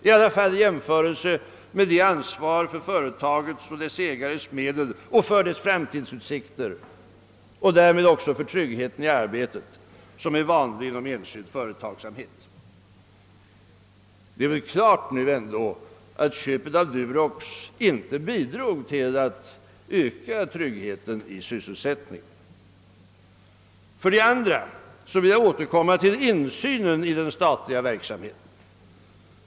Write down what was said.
I alla fall gäller det i jämförelse med det ansvar tör företagets och dess ägares medel och för dess framtidsutsikter och därmed också för tryggheten i arbetet som är vanlig inom enskild företagsamhet. Det är väl nu ändå klart att köpet av Durox inte bidrog till att öka tryggheten i sysselsättningen. För det andra vill jag återkomma till insynen i den statliga verksamheten.